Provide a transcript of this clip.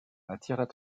attirent